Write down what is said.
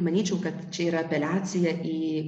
manyčiau kad čia yra apeliacija į